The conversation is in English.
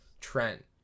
trent